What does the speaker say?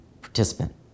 participant